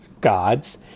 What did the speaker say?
gods